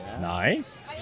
Nice